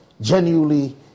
genuinely